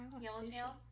Yellowtail